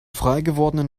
freigewordenen